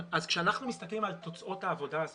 כשאנחנו מסתכלים על תוצאות העבודה הזאת,